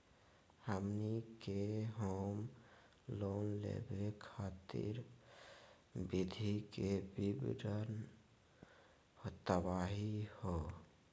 हमनी के home loan लेवे खातीर विधि के विवरण बताही हो?